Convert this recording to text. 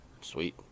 Sweet